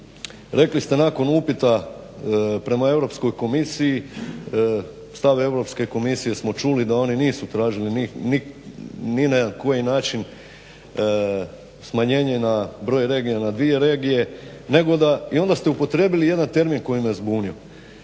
rekli ste nakon upita prema Europskoj komisiji stav Europske komisije smo čuli da oni nisu tražili ni na koji način smanjenje broj regija na dvije regije nego da i onda ste upotrijebili jedan termin koji me zbunio.